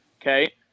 okay